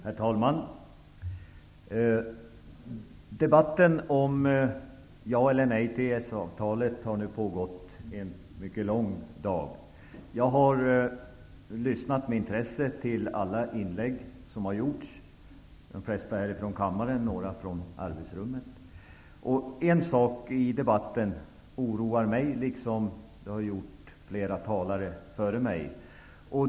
Herr talman! Debatten om ja eller nej till EES avtalet har nu pågått en mycket lång dag. Jag har lyssnat med intresse till alla inlägg som gjorts, de flesta här i kammaren och några i arbetsrummet. En sak i debatten oroar mig, liksom flera andra.